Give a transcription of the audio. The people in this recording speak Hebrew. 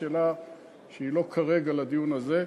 זו שאלה שכרגע היא לא לדיון הזה.